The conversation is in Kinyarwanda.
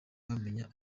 bamenya